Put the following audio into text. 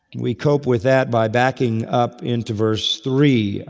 we cope with that by backing up into verse three,